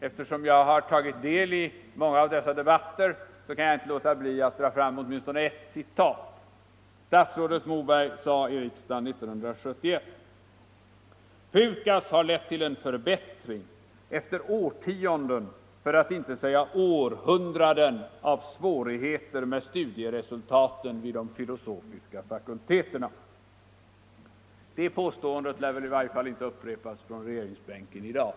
Eftersom jag har tagit del i många av dessa debatter kan jag inte låta bli att ta fram åtminstone ett citat. Statsrådet Moberg sade i riksdagen år 1971: PUKAS har lett till en förbättring ”efter årtionden, för att inte säga århundraden av svårigheter med studieresultaten vid de filosofiska fakulteterna”. Det påståendet lär väl i varje fall inte upprepas från regeringsbänken i dag.